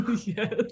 Yes